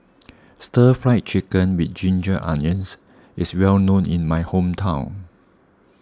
Stir Fried Chicken with Ginger Onions is well known in my hometown